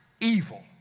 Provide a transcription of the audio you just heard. evil